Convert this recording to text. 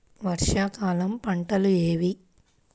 వర్షాకాలం పంటలు ఏవి?